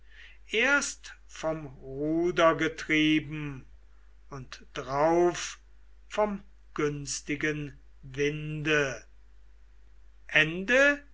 erst vom ruder getrieben und drauf vom günstigen winde